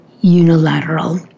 unilateral